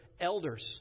elders